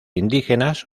indígenas